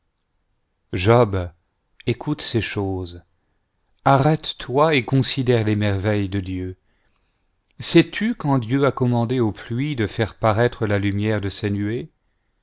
job écoute ces choses arrête-toi et considère les merveilles de dieu sais-tu quand dieu a commandé aux pluies de faire paraître la lumière de